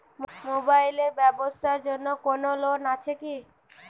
Mobile এর ব্যাবসার জন্য কোন লোন আছে কি?